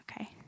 okay